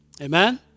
Amen